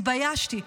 התביישתי.